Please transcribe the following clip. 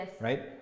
right